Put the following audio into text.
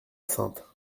saintes